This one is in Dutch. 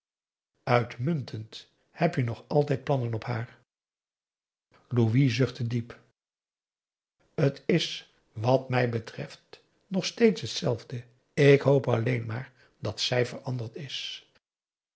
uitmuntend heb je nog altijd plannen op haar louis zuchtte diep t is wat mij betreft nog steeds hetzelfde ik hoop alleen maar dat zij veranderd is